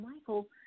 Michael